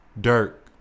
Dirk